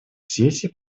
сессий